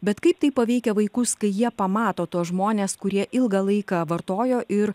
bet kaip tai paveikia vaikus kai jie pamato tuos žmones kurie ilgą laiką vartojo ir